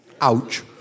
Ouch